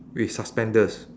with suspenders